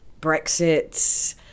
Brexit